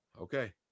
Okay